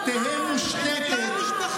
איזו עליבות,